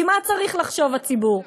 כי מה צריך לחשוב הציבור?